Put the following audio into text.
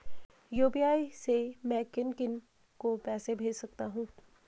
UPI से मैं किन किन को पैसे भेज सकता हूँ?